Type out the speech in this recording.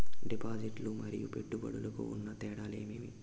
డిపాజిట్లు లు మరియు పెట్టుబడులకు ఉన్న తేడాలు ఏమేమీ?